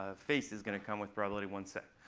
ah face is going to come with probably one six.